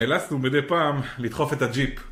נאלצנו מדי פעם לדחוף את הג'יפ.